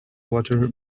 water